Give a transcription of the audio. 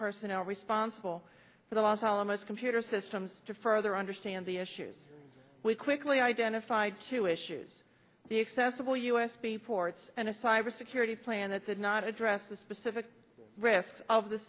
personnel responsible for the los alamos computer systems to further understand the issues we quickly identified two issues the accessible u s b ports and a cyber security plan that said not address the specific risks of the